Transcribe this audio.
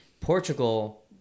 Portugal